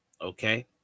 okay